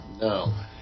no